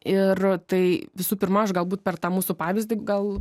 ir tai visų pirma aš galbūt per tą mūsų pavyzdį gal